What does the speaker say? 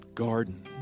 garden